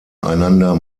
einander